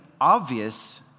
obvious